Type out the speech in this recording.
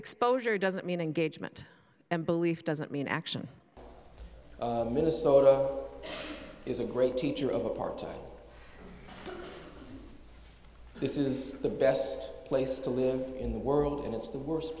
exposure doesn't mean engagement and belief doesn't mean action minnesota is a great teacher of apartheid this is the best place to live in the world and it's the worst